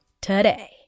today